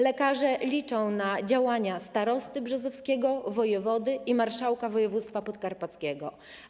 Lekarze liczą na działania starosty brzozowskiego, wojewody i marszałka województwa podkarpackiego.